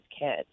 kids